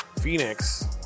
Phoenix